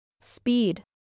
Speed